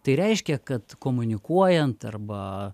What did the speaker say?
tai reiškia kad komunikuojant arba